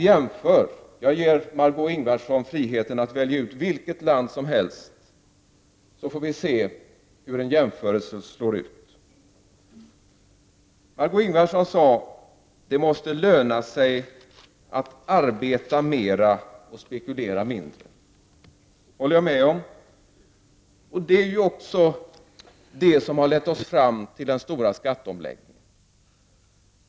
Jag ger Margö Ingvardsson frihet att välja ut vilket land som helst och göra en jämförelse mellan detta land och Sverige i dessa avseenden. Det skall bli intressant att se vad den jämförelsen ger för resultat. Margö Ingvardsson sade: ”Det måste löna sig att arbeta mera och spekulera mindre.” Det håller jag med om, och det är också denna syn som lett oss fram till den stora skatteomläggningen.